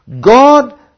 God